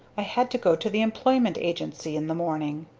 i had to go to the employment agency in the morning.